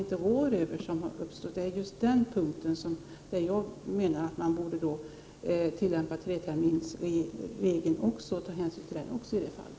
Outokumpu lär ju vara ett av dessa Kommer industriministern att aktivt ingripa för att se till att Pahtohavarefyndigheten överlåts till något svenskt gruvföretag?